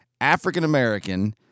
African-American